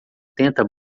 tenta